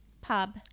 Pub